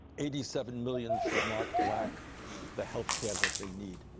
eighty seven million should not lack the health care that they need.